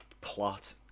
plot